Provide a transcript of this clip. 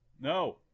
No